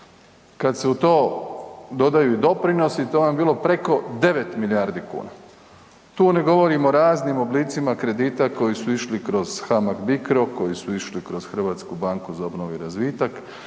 Kad se u to dodaju i doprinosi to vam je bilo preko 9 milijardi kuna. Tu ne govorimo o raznim oblicima kredita koji su išli kroz HAMAG-BICRO, koji su išli kroz HBOR ili niz drugih